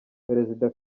perezida